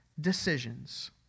decisions